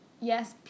yes